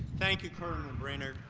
thank you colonel brainard.